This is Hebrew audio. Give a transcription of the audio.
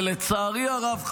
ולצערי הרב,